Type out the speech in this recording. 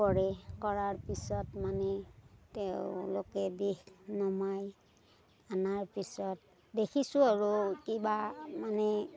কৰে কৰাৰ পিছত মানে তেওঁলোকে বিষ নমাই অনাৰ পিছত দেখিছোঁ আৰু কিবা মানে